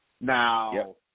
Now